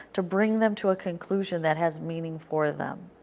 to bring them to a conclusion that has meaning for them.